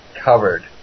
covered